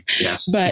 Yes